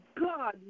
God